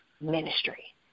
ministry